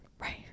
Right